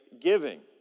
Giving